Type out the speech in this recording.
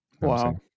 Wow